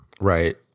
right